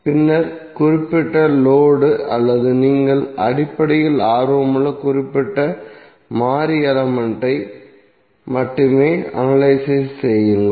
பின்னர் குறிப்பிட்ட லோடு அல்லது நீங்கள் அடிப்படையில் ஆர்வமுள்ள குறிப்பிட்ட மாறி எலமெண்ட் ஐ மட்டுமே அனலைஸ் செய்யுங்கள்